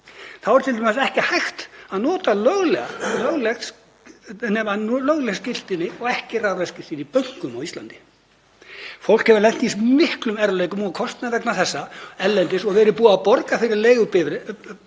Þá er t.d. ekki hægt að nota lögleg ökuskírteini og ekki rafræn skírteini í bönkum á Íslandi. Fólk hefur lent í miklum erfiðleikum og kostnaði vegna þessa erlendis og verið búið að borga fyrir leigu á bifreið